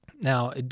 Now